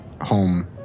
home